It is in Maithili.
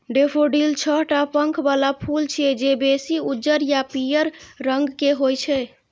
डेफोडील छह टा पंख बला फूल छियै, जे बेसी उज्जर आ पीयर रंग के होइ छै